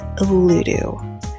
Ludo